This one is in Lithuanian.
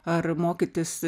ar mokytis